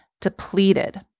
depleted